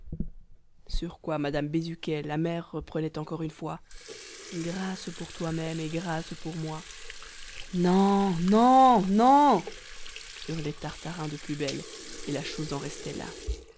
sur quoi madame bézuquet la mère reprenait encore une fois grâce pour toi-même et grâce pour moi nan nan nan hurlait tartarin de plus belle et la chose en restait là